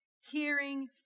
hearing